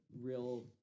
real